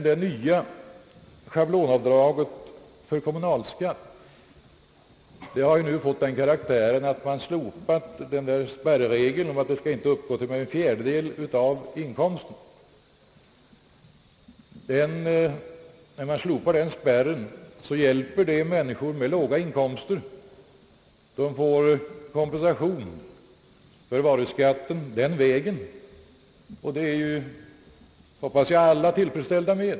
Det nya schablonavdraget vid kommunalskatt föreslås få den karaktären att spärregeln slopas som innebär att avdraget inte skall uppgå till mer än en fjärdedel av inkomsten. Slopandet av denna spärregel är till fördel för människor med låga inkomster. De får kompensation för höjningen av varuskatten den vägen, och det är, hoppas jag, alla tillfredsställda med.